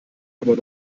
aber